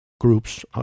groups